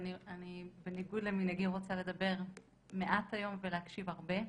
אני בניגוד למנהגי רוצה לדבר מעט היום ולהקשיב הרבה.